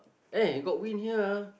eh got wind here ah